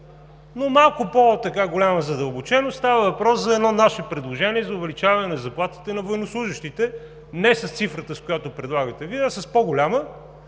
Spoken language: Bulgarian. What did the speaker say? но малко по-голяма задълбоченост. Става въпрос за едно наше предложение за увеличаване на заплатите на военнослужещите не с цифрата, която предлагате Вие, а с по-голяма.